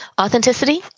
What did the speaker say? authenticity